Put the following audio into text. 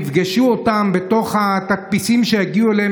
יפגשו אותם בתוך התדפיסים שיגיעו אליהם